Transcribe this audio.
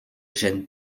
gêne